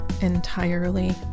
entirely